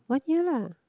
one year lah